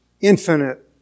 infinite